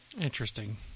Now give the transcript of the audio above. Interesting